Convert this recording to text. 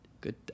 good